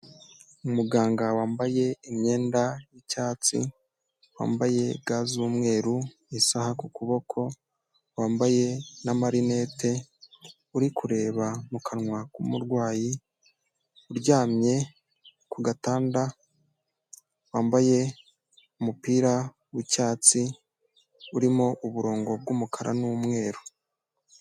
Umuganga wambaye imyenda y'icyatsi, wambaye ga z'umweru, isaha ku kuboko, wambaye n'amarinete, uri kureba mu kanwa k'umurwayi uryamye ku gatanda wambaye umupira w'icyatsi urimo uburongo bw'umukara n'umweru.